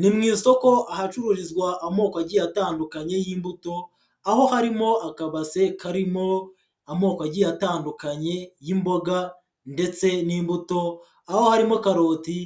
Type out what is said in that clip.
Ni mu isoko ahacururizwa amoko agiye atandukanye y'imbuto, aho harimo akabase karimo amoko agiye atandukanye y'imboga ndetse n'imbuto, aho harimo karoti,